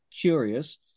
curious